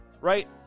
right